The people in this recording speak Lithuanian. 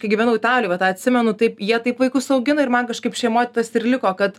kai gyvenau italijo va tą atsimenu taip jie taip vaikus augina ir man kažkaip šeimoj tas ir liko kad